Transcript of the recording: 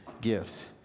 gifts